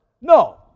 No